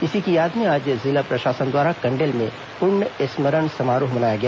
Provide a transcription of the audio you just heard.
इसी की याद में आज जिला प्रशासन द्वारा कंडेल में पुण्य स्मरण समारोह मनाया गया